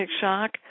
shock